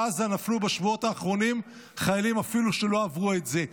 בעזה נפלו בשבועות האחרונים חיילים שאפילו לא עברו את זה.